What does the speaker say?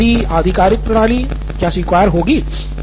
तो बाहरी आधिकारिक प्रणाली क्या स्वीकार होगी